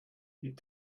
die